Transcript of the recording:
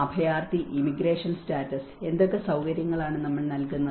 അഭയാർത്ഥി immigration status എന്തൊക്കെ സൌകര്യങ്ങളാണ് നമ്മൾ നൽകുന്നത്